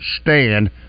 stand